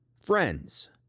Friends